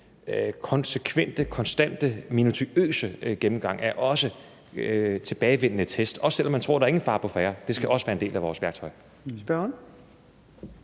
konsekvente, konstante, minutiøse gennemgang og tilbagevendende test, også selv om man tror, der ingen fare på færde er, skal også være en del af vores værktøj.